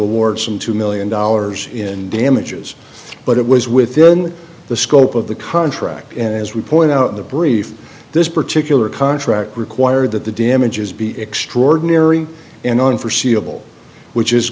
award some two million dollars in damages but it was within the scope of the contract and as we point out in the brief this particular contract required that the damages be extraordinary and on forseeable which is